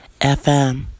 FM